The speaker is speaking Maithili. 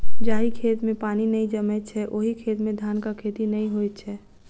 जाहि खेत मे पानि नै जमैत छै, ओहि खेत मे धानक खेती नै होइत छै